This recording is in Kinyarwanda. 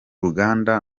ruganda